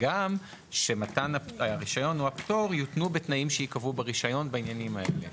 וגם שמתן הרישיון או הפטור יותנו בתנאים שייקבעו ברישיון בעניינים האלה.